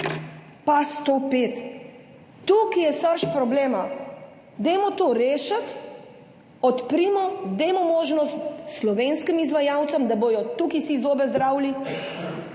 pa 105. Tukaj je srž problema. Dajmo to rešiti, odprimo, dajmo možnost slovenskim izvajalcem, da bodo tukaj si zobe zdravili,